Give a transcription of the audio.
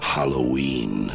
Halloween